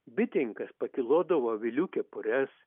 bitininkas pakilodavo avilių kepures